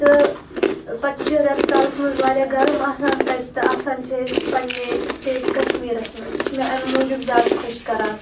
تہٕ پتہٕ چھِ رٮ۪تہٕ کالَس منٛز واریاہ گَرم آسان تَتہِ تہٕ آسان چھِ أسۍ پنٛنے سِٹیٹ کشمیٖرس منٛز یہِ چھِ مےٚ اَمہِ موٗجوٗب زیادٕ خۄش کَران